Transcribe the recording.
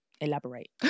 elaborate